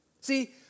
See